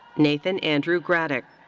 nathan andrew graddick.